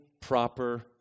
proper